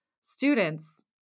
students